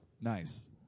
Nice